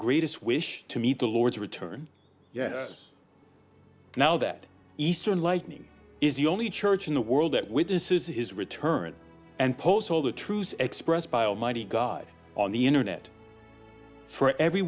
greatest wish to meet the lord's return yes now that eastern lightning is the only church in the world that with this is his return and post all the truths expressed by almighty god on the internet for every